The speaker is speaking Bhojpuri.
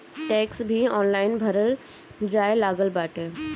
टेक्स भी ऑनलाइन भरल जाए लागल बाटे